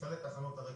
בכניסה לתחנות הרכבת,